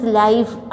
life